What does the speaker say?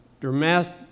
dramatic